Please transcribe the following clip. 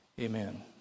Amen